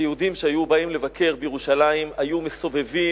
יהודים שהיו באים לבקר בירושלים היו מסובבים